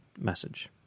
message